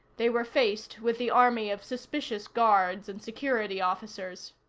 they were faced with the army of suspicious guards and security officers.